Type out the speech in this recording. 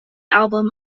album